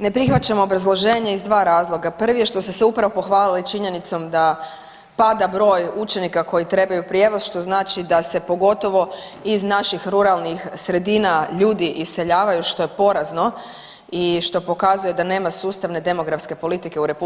Ne prihvaćam obrazloženje iz dva razloga, prvi je što ste se upravo pohvalili činjenicom da pada broj učenika koji trebaju prijevoz što znači da se pogotovo iz naših ruralnih sredina ljudi iseljavaju što je porazno i što pokazuje da nema sustavne demografske politike u RH